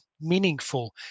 meaningful